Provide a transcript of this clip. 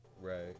Right